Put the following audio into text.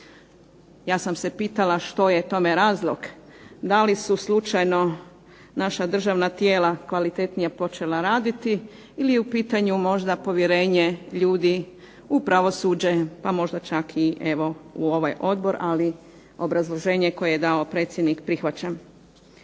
Ja sam se pitala što je tomu razlog, da li su slučaju naša državna tijela počela kvalitetnije raditi ili je u pitanju možda povjerenje ljudi u pravosuđe, pa možda čak i u ovaj Odbor, ali obrazloženje koje je dao predsjednik prihvaćam.